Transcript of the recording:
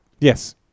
Yes